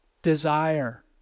desire